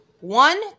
One